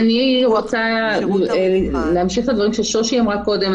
רוצה להמשיך את הדברים ששושי אמרה קודם.